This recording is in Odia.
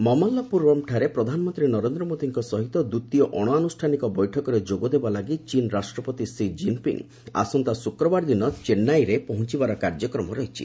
ମାମାଲ୍ଲାପୁରମରେ ପ୍ରଧାନମନ୍ତ୍ରୀ ନରେନ୍ଦ୍ର ମୋଦୀଙ୍କ ସହିତ ଦ୍ୱିତୀୟ ଅଣଆନୁଷ୍ଠାନିକ ବୈଠକରେ ଯୋଗଦେବା ଲାଗି ଚୀନ ରାଷ୍ଟ୍ରପତି ସିଜିନ୍ପିଙ୍ଗ ଆସନ୍ତା ଶୁକ୍ରବାର ଦିନ ଚେନ୍ନାଇରେ ପହଞ୍ଚବାର କାର୍ଯ୍ୟକ୍ରମ ରହିଛି